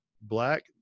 black